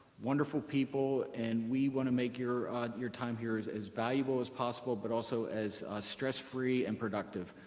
wonderful people, and we want to make your your time here as as valuable as possible, but also as stress-free and productive.